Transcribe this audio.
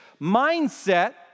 mindset